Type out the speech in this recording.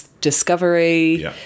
Discovery